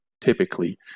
typically